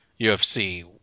UFC